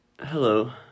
Hello